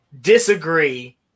disagree